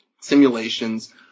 simulations